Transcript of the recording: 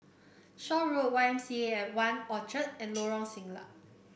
Shaw Road Y M C A One Orchard and Lorong Siglap